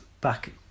back